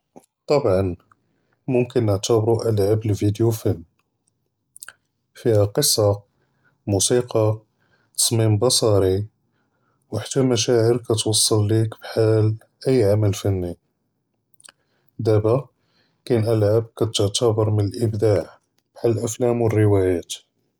טַבְּעָא מֻכְתַּר נַעְתַבְּרוּ אֻלְעַאב אֶלְפִידִיוּ פִּי-הִיָּה קִסָּה, מֻסִיקָה, תַּצְמִים בִּצְ'רִי וְחַתּّى מַשָׁاعִיר כִּתְווַסֵּל לְיִכּ בְּחֵאל אَي עֻמַל פִּנִּי, דַּאבָּא קַאֵן אֻלְעַאב כּתְעַתַּבֵּר מִן אֶלְאִבְדָاع בְּחֵאל אֶלְאֻלּוּם וְאֶלְרِוַايַאת.